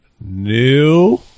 new